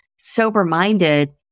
sober-minded